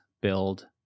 build